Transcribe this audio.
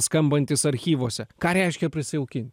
skambantis archyvuose ką reiškia prisijaukin